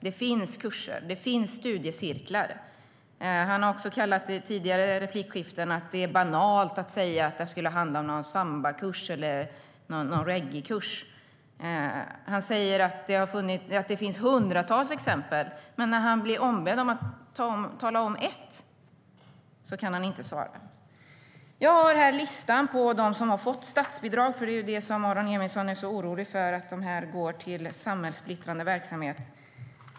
Det finns kurser, och det finns studiecirklar. Han har också sagt i tidigare replikskiften att det är banalt att säga att det skulle handla om någon sambakurs eller någon reggaekurs. Han säger att det finns hundratals exempel, men när han blir ombedd att tala om ett kan han inte svara. Jag har här listan över dem som har fått statsbidrag. Aron Emilsson är orolig för att de går till samhällssplittrande verksamhet.